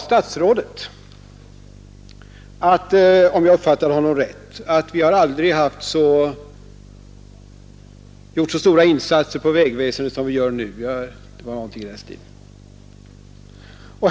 Statsrådet sade, om jag uppfattade honom rätt, att vi aldrig har gjort så stora insatser på vägväsendets område som vi gör nu.